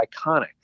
iconic